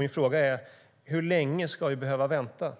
Min fråga är: Hur länge ska vi behöva vänta